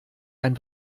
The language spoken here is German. ein